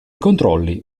controlli